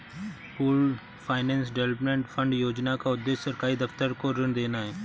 pooled finance development fund योजना का उद्देश्य सरकारी दफ्तर को ऋण देना है